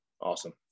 awesome